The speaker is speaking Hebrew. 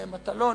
מטלון,